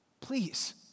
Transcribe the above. please